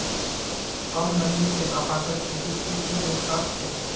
कम नमी से कपासेर खेतीत की की नुकसान छे?